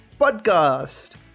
PODCAST